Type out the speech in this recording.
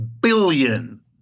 billion